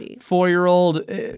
four-year-old